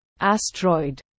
asteroid